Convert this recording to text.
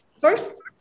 First